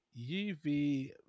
UV